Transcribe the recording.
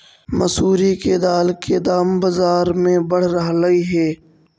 मसूरी के दाल के दाम बजार में बढ़ रहलई हे